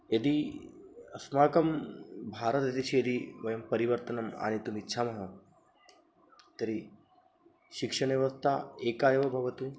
यदि अस्माकं भारतदेशे यदि वयं परिवर्तनम् आनेतुम् इच्छामः तर्हि शिक्षणव्यवस्था एका एव भवतु